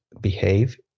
behave